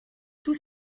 tous